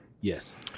Yes